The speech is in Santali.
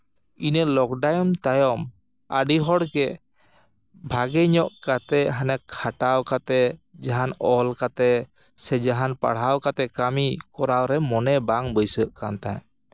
ᱤᱱᱟᱹ ᱞᱚᱠᱰᱟᱣᱩᱱ ᱛᱟᱭᱚᱢ ᱟᱹᱰᱤ ᱦᱚᱲᱜᱮ ᱵᱷᱟᱜᱮ ᱧᱚᱜ ᱠᱟᱛᱮ ᱦᱟᱱᱮ ᱠᱷᱟᱴᱟᱣ ᱠᱟᱛᱮ ᱡᱟᱦᱟᱱ ᱚᱞ ᱠᱟᱛᱮ ᱥᱮ ᱡᱟᱦᱟᱱ ᱯᱟᱲᱦᱟᱣ ᱠᱟᱛᱮ ᱠᱟᱹᱢᱤ ᱠᱚᱨᱟᱣ ᱨᱮ ᱢᱚᱱᱮ ᱵᱟᱝ ᱵᱟᱹᱭᱥᱟᱹᱜ ᱠᱟᱱ ᱛᱟᱦᱮᱸᱜ